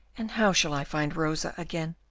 and how shall i find rosa again?